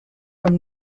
from